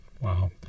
wow